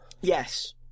Yes